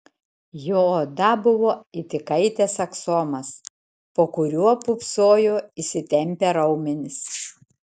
jo oda buvo it įkaitęs aksomas po kuriuo pūpsojo įsitempę raumenys